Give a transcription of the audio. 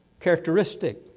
characteristic